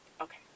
okay